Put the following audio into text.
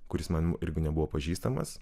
kuris man irgi nebuvo pažįstamas